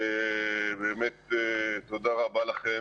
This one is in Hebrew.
באמת תודה רבה לכם.